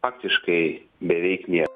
faktiškai beveik nėr